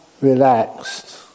relaxed